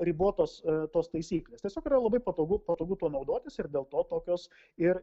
ribotos tos taisyklės tiesiog yra labai patogu patogu tuo naudotis ir dėl to tokios ir